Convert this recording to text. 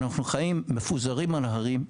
אנחנו חיים מפוזרים על ההרים,